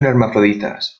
hermafroditas